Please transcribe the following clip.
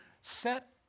set